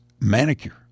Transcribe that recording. manicure